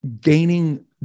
gaining